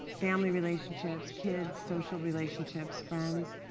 family relationships, kids, social relationships, friends.